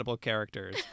characters